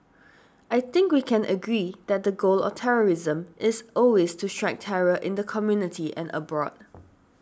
I think we can agree that the goal of terrorism is always to strike terror in the community and abroad